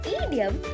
idiom